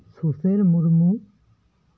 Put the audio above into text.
Sushil Murmu